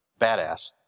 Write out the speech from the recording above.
Badass